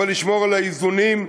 אבל לשמור על האיזונים.